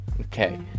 okay